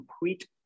complete